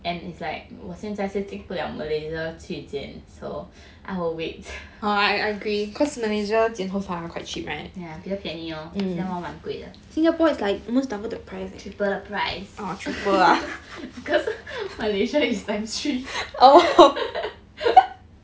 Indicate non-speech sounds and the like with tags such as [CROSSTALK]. and it's like was 我现在是进不了 malaysia 去剪 so I will wait ya 比较便宜 lor 新加坡蛮贵的 [LAUGHS] triple the price [LAUGHS] because malaysia is times three [LAUGHS]